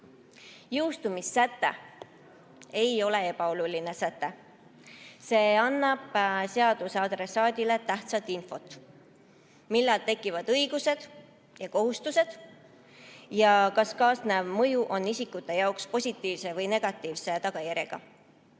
veebruar. Jõustumissäte ei ole ebaoluline säte. See annab seaduse adressaadile tähtsat infot: millal tekivad õigused ja kohustused ning kas kaasnev mõju on isikute jaoks positiivse või negatiivse tagajärjega.